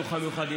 מהחינוך המיוחד,